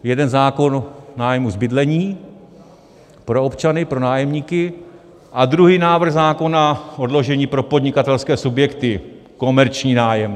Jeden zákon o nájmu z bydlení pro občany, pro nájemníky, a druhý návrh zákona odložení pro podnikatelské subjekty, komerční nájemné.